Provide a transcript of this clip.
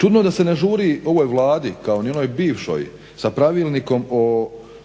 čudno da se ne žuri ovoj Vladi kao ni onoj bivšoj sa Pravilnikom o